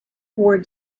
ward